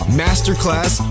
masterclass